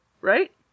Right